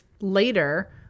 later